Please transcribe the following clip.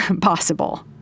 possible